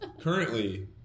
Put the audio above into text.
Currently